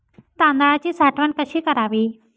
तांदळाची साठवण कशी करावी?